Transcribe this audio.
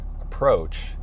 approach